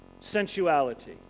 sensuality